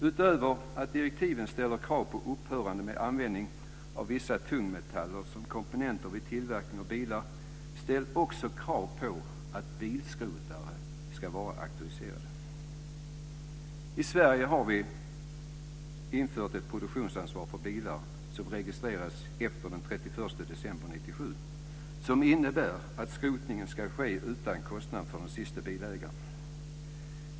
Utöver att direktiven ställer krav på upphörande med användning av vissa tungmetaller som komponenter vid tillverkning av bilar ställs också krav på att bilskrotare ska vara auktoriserade. I Sverige har vi infört ett produktionsansvar för bilar som registreras efter den 31 december 1997. Detta innebär att skrotningen ska ske utan kostnader för den siste bilägaren.